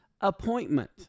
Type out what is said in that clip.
appointment